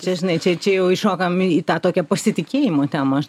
čia žinai čia čia jau įšokam į tą tokią pasitikėjimo temą